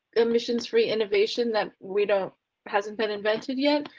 emissions free innovation that we don't hasn't been invented yet,